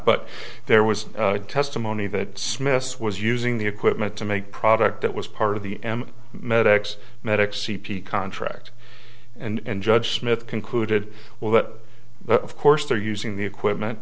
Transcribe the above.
but there was testimony that smith's was using the equipment to make product that was part of the m medics medic c p contract and judge smith concluded well that but of course they're using the equipment